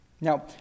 Now